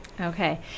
Okay